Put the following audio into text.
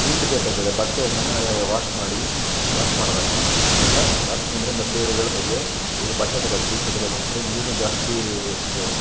ಹಿಂಡಿ ಬೇಕಾಗ್ತದೆ ಬಟ್ಟೆಯನ್ನು ವಾಶ್ ಮಾಡಿ ವಾಶ್ ಮಾಡಿದಾಗ ಅಂದ್ರೆ ವಾಷಿಂಗ್ ಅಂದರೆ ಮೊದಲೇ ನೀವು ಹೇಳ್ದಂತೆ ಈಗ ಬಟ್ಟೆ ತಗೊಳ್ತೀವಿ ಚಳಿಗಾಲ ಅಂದರೆ ನೀರು ಜಾಸ್ತಿ ಚ